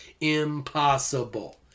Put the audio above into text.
impossible